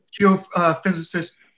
geophysicist